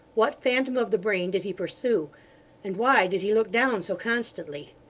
what phantom of the brain did he pursue and why did he look down so constantly?